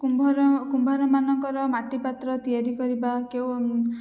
କୁମ୍ଭାରମାନଙ୍କର ମାଟିପାତ୍ର ତିଆରି କରିବା କେଉଁ